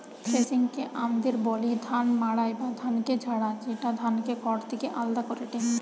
থ্রেশিংকে আমদের বলি ধান মাড়াই বা ধানকে ঝাড়া, যেটা ধানকে খড় থেকে আলদা করেটে